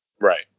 Right